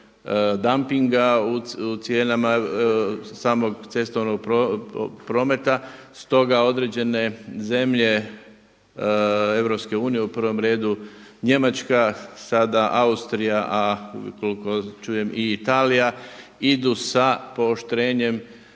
dumpinga u cijenama samog cestovnog prometa, stoga određene zemlje EU u prvom redu Njemačka, sada Austrija a koliko čujem i Italija idu sa pooštrenjem